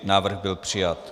Návrh byl přijat.